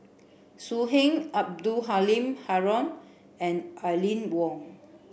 So Heng Abdul Halim Haron and Aline Wong